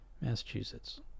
Massachusetts